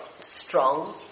strong